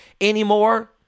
anymore